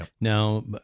Now